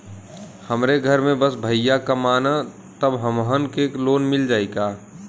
हमरे घर में बस भईया कमान तब हमहन के लोन मिल जाई का?